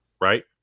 right